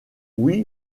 oui